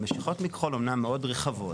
במשיכות מכחול אמנם מאוד רחבות,